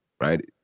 right